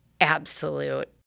absolute